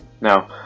Now